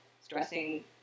stressing